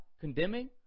condemning